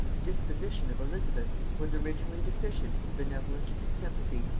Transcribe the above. the disposition of elizabeth was originally deficient in benevolence and sympathy,